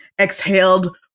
exhaled